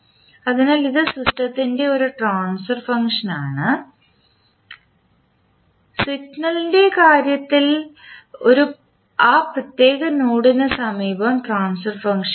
അതിനാൽ ഇത് സിസ്റ്റത്തിൻറെ ഒരു ട്രാൻസ്ഫർ ഫംഗ്ഷനാണ് സിഗ്നലിൻറെ കാര്യത്തിൽ ആ പ്രത്യേക നോഡിന് സമീപം ട്രാൻസ്ഫർ ഫംഗ്ഷൻ എഴുതുന്നു